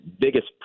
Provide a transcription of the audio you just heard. biggest